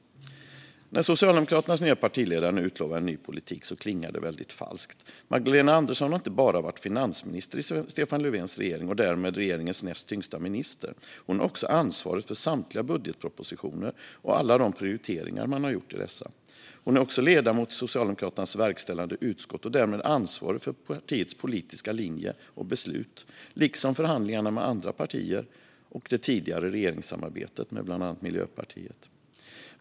När Socialdemokraternas nya partiledare nu utlovar en ny politik klingar det väldigt falskt. Magdalena Andersson har inte bara varit finansminister i Stefan Löfvens regering och därmed regeringens näst tyngsta minister, utan hon har också ansvarat för samtliga budgetpropositioner och alla de prioriteringar man gjort i dessa. Hon är också ledamot i Socialdemokraternas verkställande utskott och därmed ansvarig för partiets politiska linje och beslut liksom för förhandlingarna med andra partier och det tidigare regeringssamarbetet med bland annat Miljöpartiet.